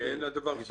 כי אין לדבר סוף.